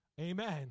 Amen